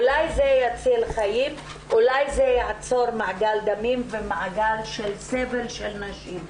אולי זה יציל חיים ויעצור מעגל שלם של סבל נשים.